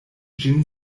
ĝin